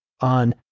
on